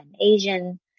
Asian